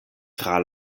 tra